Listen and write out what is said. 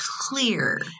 Clear